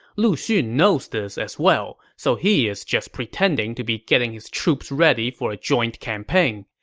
lu xun knows this as well, so he is just pretending to be getting his troops ready for a joint campaign.